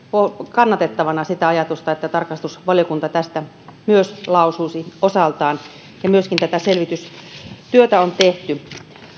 kannatettavana sitä ajatusta että tarkastusvaliokunta tästä myös lausuisi osaltaan ja myöskin tätä selvitystyötä on tehty